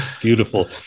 Beautiful